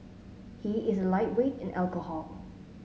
he is a lightweight in alcohol